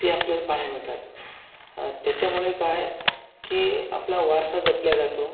ते आपल्याला पहायला मिळतात अ त्याच्यामुळे काय की आपला वारसा जपला जातो